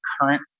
current